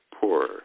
poorer